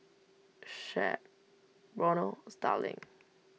Shep Ronald Starling